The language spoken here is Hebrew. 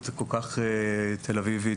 כל כך תל אביבית,